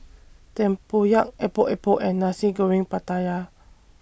Tempoyak Epok Epok and Nasi Goreng Pattaya